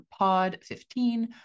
POD15